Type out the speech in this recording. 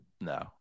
No